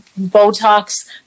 botox